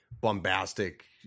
bombastic